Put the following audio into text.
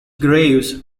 graves